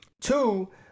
Two